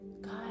God